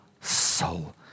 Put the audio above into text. soul